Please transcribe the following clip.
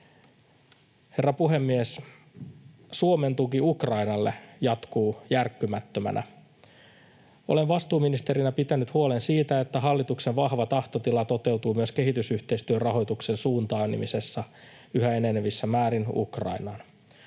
Herra puhemies! Suomen tuki Ukrainalle jatkuu järkkymättömänä. Olen vastuuministerinä pitänyt huolen siitä, että hallituksen vahva tahtotila toteutuu myös kehitysyhteistyön rahoituksen suuntaamisessa yhä enenevässä määrin Ukrainaan.